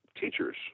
teachers